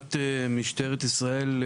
מבחינת משטרת ישראל,